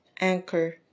anchor